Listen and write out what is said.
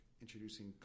introducing